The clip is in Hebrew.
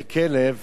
וכלב,